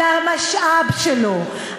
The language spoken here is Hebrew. על המשאב שלו,